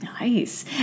nice